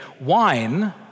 Wine